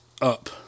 up